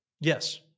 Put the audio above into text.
Yes